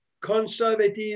conservative